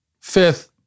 Fifth